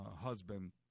husband